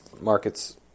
Markets